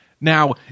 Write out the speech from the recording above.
Now